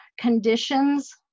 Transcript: conditions